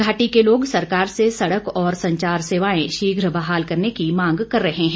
घाटी के लोग सरकार से सड़क और संचार सेवाएं शीघ्र बहाल करने की मांग कर रह हैं